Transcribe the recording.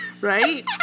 Right